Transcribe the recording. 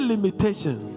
limitation